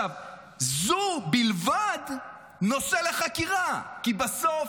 זה בלבד נושא לחקירה, כי בסוף,